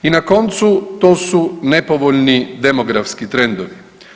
I na koncu to su nepovoljni demografski trendovi.